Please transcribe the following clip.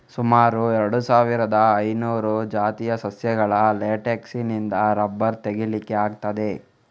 ಸುಮಾರು ಎರಡು ಸಾವಿರದ ಐನೂರು ಜಾತಿಯ ಸಸ್ಯಗಳ ಲೇಟೆಕ್ಸಿನಿಂದ ರಬ್ಬರ್ ತೆಗೀಲಿಕ್ಕೆ ಆಗ್ತದೆ